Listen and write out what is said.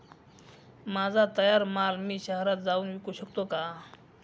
माझा तयार माल मी शहरात जाऊन विकू शकतो का?